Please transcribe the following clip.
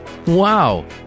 Wow